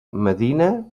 medina